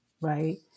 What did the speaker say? right